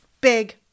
big